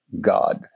God